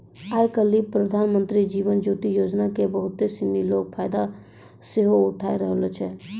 आइ काल्हि प्रधानमन्त्री जीवन ज्योति योजना के बहुते सिनी लोक फायदा सेहो उठाय रहलो छै